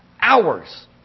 hours